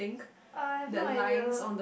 uh I have no idea